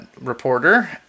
reporter